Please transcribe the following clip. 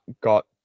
got